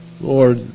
Lord